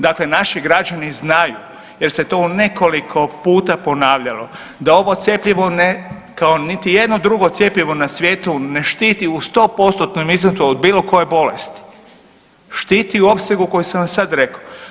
Dakle, naši građani znaju jer se to u nekoliko puta ponavljalo da ovo cjepivo ne kao niti jedno drugo cjepivo na svijetu ne štiti u 100%-tnom iznosu od bilo koje bolesti, štiti u opsegu koji sam vam sad rekao.